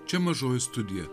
čia mažoji studija